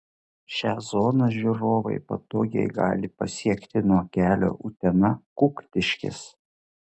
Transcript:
šią zoną žiūrovai patogiai gali pasiekti nuo kelio utena kuktiškės